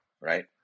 right